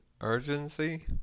urgency